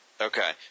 Okay